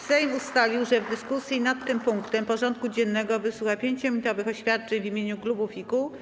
Sejm ustalił, że w dyskusji nad tym punktem porządku dziennego wysłucha 5-minutowych oświadczeń w imieniu klubów i kół.